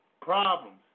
problems